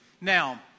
Now